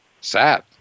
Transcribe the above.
sad